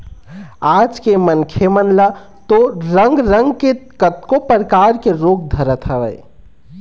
आज के मनखे मन ल तो रंग रंग के कतको परकार के रोग धरत हवय